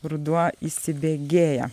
ruduo įsibėgėja